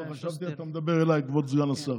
חשבתי שאתה מדבר אליי, כבוד סגן השר.